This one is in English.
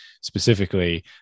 specifically